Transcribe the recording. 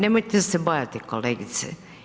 Nemojte se bojati kolegice.